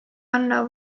anna